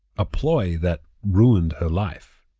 a ploy that ruined her life.